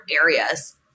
areas